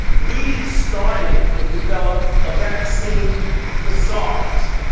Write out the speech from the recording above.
we started and developed a vaccine for sars.